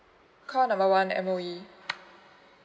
call number one M_O_E